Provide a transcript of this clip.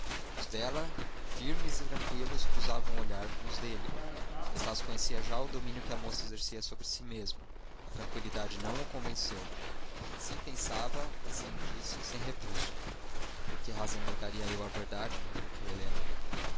dela firmes e tranqüilos cruzavam o olhar com os dele estácio conhecia já o domínio que a moça exercia sobre si mesma a tranqüilidade não o convenceu assim pensava assim o disse sem rebuço por que razão negaria eu a verdade retorquiu helena